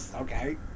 Okay